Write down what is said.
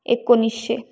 एकोणीसशे